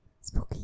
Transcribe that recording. Spooky